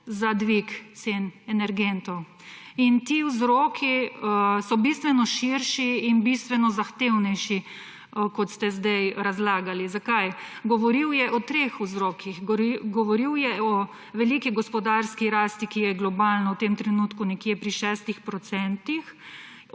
za dvig cen energentov. In ti vzroki so bistveno širši in bistveno zahtevnejši, kot ste sedaj razlagali. Zakaj? Govoril je o treh vzrokih. Govoril je o veliki gospodarski rasti, ki je globalno v tem trenutku nekje pri 6 %, od tega